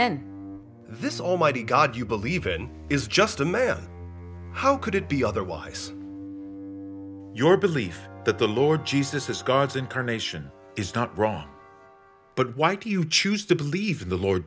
men this almighty god you believe in is just a man how could it be otherwise your belief that the lord jesus is god's incarnation is not wrong but why do you choose to believe in the lord